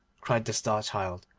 cried the star-child,